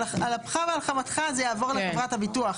אפך ועל חמתך זה יעבור לחברת הביטוח.